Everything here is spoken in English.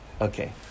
Okay